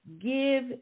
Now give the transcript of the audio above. give